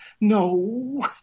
no